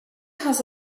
has